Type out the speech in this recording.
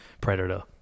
predator